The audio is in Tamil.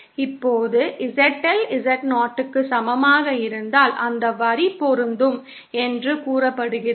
இப்போது ZL Z0 க்கு சமமாக இருந்தால் அந்த வரி பொருந்தும் என்று கூறப்படுகிறது